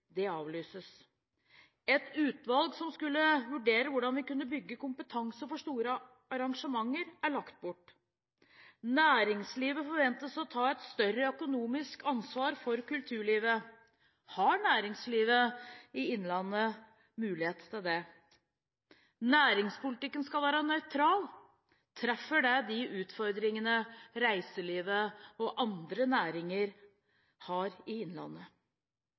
Det avlyses. Et utvalg som skulle vurdere hvordan vi kunne bygge kompetanse for store arrangementer, er lagt bort. Næringslivet forventes å ta et større økonomisk ansvar for kulturlivet. Har næringslivet i Innlandet mulighet til det? Næringspolitikken skal være nøytral. Treffer det de utfordringene reiselivet og andre næringer har i Innlandet?